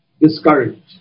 discouraged